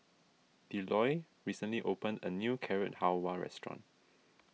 Delois recently opened a new Carrot Halwa restaurant